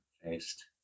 faced